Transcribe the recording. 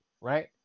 right